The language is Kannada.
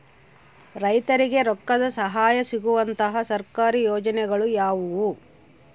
ರೈತರಿಗೆ ರೊಕ್ಕದ ಸಹಾಯ ಸಿಗುವಂತಹ ಸರ್ಕಾರಿ ಯೋಜನೆಗಳು ಯಾವುವು?